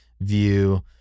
view